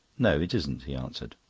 no, it isn't, he answered.